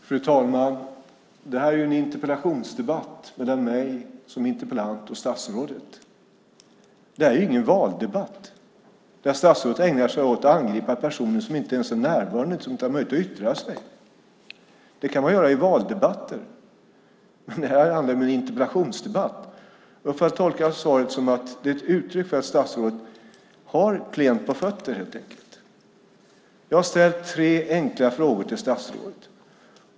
Fru talman! Detta är en interpellationsdebatt mellan mig som interpellant och statsrådet. Det är ingen valdebatt. Statsrådet ägnar sig åt att angripa personer som inte ens är närvarande och inte har möjlighet att yttra sig. Det kan man göra i valdebatter. Detta är en interpellationsdebatt. Jag tolkar svaret som ett uttryck för att statsrådet har klent på fötterna. Jag har ställt tre enkla frågor till statsrådet.